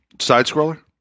Side-scroller